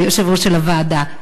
היושב-ראש של הוועדה,